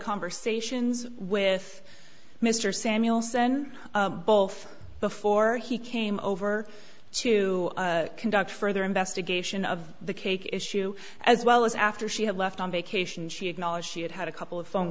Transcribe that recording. conversations with mr samuelson both before he came over to conduct further investigation of the cake issue as well as after she had left on vacation she acknowledged she had had a couple of phone